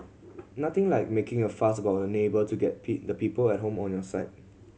nothing like making a fuss about a neighbour to get the people at home on your side